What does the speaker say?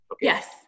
Yes